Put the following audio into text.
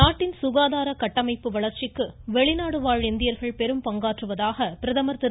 நாட்டின் சுகாதார கட்டமைப்பு வளர்ச்சிக்கு வெளிநாடு வாழ் இந்தியர்கள் பெரும் பங்காற்றுவதாக பிரதமர் திரு